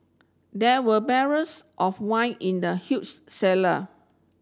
there were barrels of wine in the huge cellar